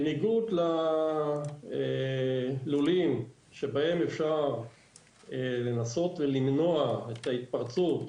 בניגוד ללולים שבהם אפשר לנסות למנוע את ההתפרצות,